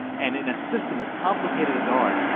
and in a system as complicated as ours,